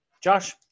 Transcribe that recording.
Josh